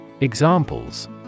Examples